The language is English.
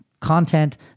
content